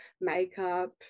makeup